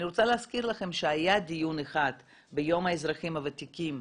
אני רוצה להזכיר לכם שהיה דיון ביום האזרחים הוותיקים,